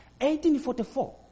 1844